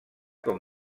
com